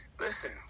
Listen